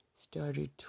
started